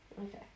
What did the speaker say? Okay